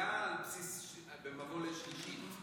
שנייה במבוא לשלישית.